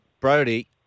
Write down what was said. Brody